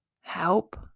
help